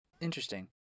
Interesting